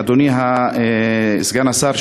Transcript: אדוני סגן השר,